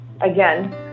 again